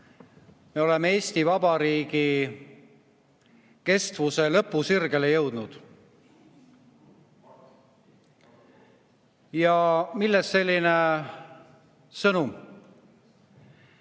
me oleme Eesti Vabariigi kestvuse lõpusirgele jõudnud. Millest selline sõnum?